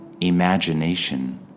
Imagination